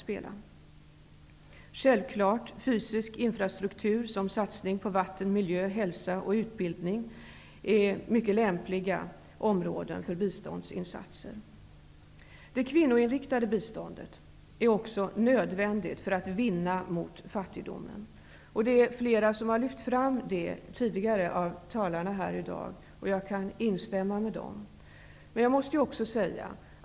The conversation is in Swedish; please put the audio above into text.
Det kvinnoinriktade biståndet är nödvändigt för att vinna mot fattigdomen. Flera talare här i dag har lyft fram detta. Jag håller med dem.